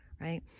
Right